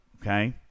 Okay